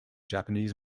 japanese